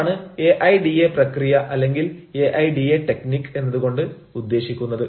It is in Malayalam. ഇതാണ് എ ഐ ഡി എ പ്രക്രിയ അല്ലെങ്കിൽ A I D A technique എന്നതു കൊണ്ട് ഉദ്ദേശിക്കുന്നത്